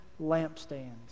lampstands